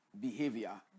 behavior